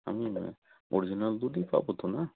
আমি অরিজিনাল দুধই পাব তো না